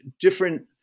different